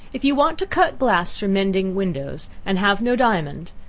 if you want to cut glass for mending windows, and have no diamond,